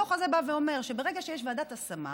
הדוח הזה בא ואומר שברגע שיש ועדת השמה,